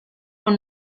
con